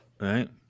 Right